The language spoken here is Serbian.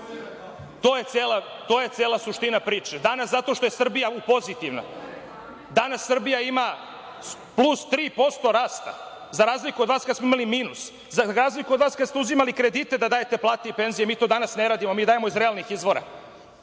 To je cela suština priče danas, jer je Srbija pozitivna, danas Srbija ima plus 3% rasta, za razliku od vas kada smo imali minus, za razliku od vas kada ste uzimali kredite da dajete plate i penzije, mi danas to ne radimo, mi dajemo iz realnih izvora. Hoćete